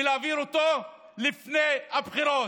ולהעביר אותו לפני הבחירות,